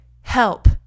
help